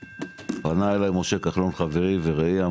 פנה אליי משה כחלון חברי ורעי,